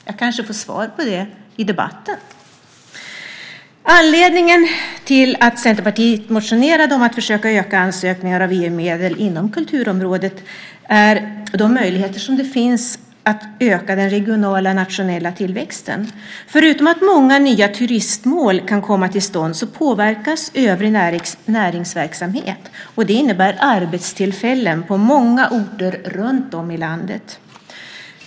Jag kanske får svar på det i debatten. Anledningen till att Centerpartiet motionerade om att försöka öka ansökningarna av EU-medel inom kulturområdet är de möjligheter som finns att öka den regionala och nationella tillväxten. Förutom att många nya turistmål kan komma till stånd påverkas övrig näringsverksamhet, och det innebär arbetstillfällen på många orter runtom i landet.